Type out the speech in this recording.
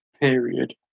period